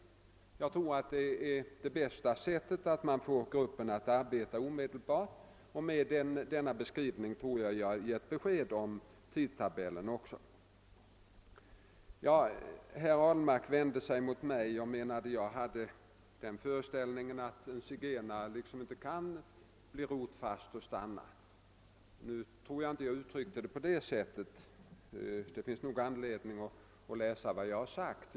Jag tror att det är det bästa sättet att få gruppen att arbeta omedelbart, och med denna beskrivning har jag givit besked även om tidtabellen. Herr Ahlmark vände sig mot mig och menade att jag hade den föreställningen att en zigenare inte kan bli rotfast och stanna på en plats. Jag uttryckte mig nog inte på det sättet; det finns anledning att läsa vad jag har sagt.